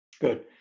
Good